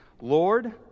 Lord